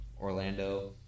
Orlando